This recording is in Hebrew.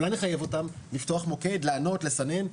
אולי נחייב אותם לפתוח מוקד, לענות, לסנן?